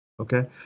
Okay